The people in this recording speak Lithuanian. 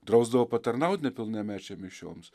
drausdavo patarnaut nepilnamečiam mišioms